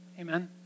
Amen